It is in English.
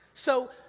so,